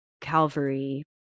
Calvary